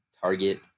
target